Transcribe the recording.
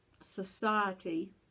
society